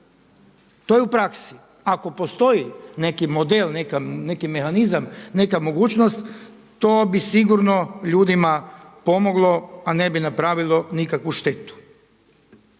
To je u praksi. Ako postoji neki model, neki mehanizam, neka mogućnost to bi sigurno ljudima pomoglo a ne bi napravilo nikakvu štetu.